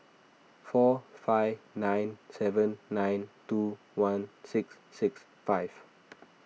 four five nine seven nine two one six six five